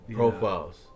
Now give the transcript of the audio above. profiles